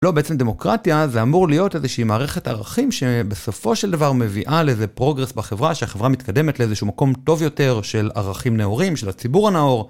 לא, בעצם דמוקרטיה זה אמור להיות איזושהי מערכת ערכים שבסופו של דבר מביאה לאיזה פרוגרס בחברה, שהחברה מתקדמת לאיזשהו מקום טוב יותר של ערכים נאורים, של הציבור הנאור.